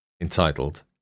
entitled